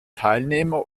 teilnehmer